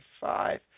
five